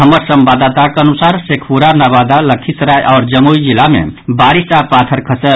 हमर संवाददाताक अनुसार शेखुरा नवादा लखीसराय आओर जमुइ जिला मे बारिस आ पाथर खासल